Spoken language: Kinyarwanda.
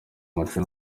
umuco